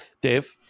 Dave